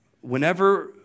whenever